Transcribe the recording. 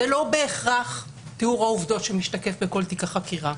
זה לא בהכרח תיאור העבודות שמשתקף בכל תיק החקירה,